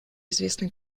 известный